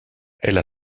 elle